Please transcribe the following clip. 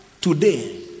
today